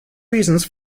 reasons